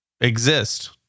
exist